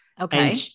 Okay